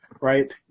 right